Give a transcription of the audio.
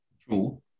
True